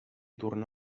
tornà